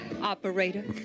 Operator